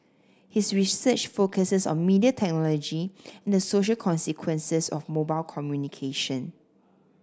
his research focuses on media technology and the social consequences of mobile communication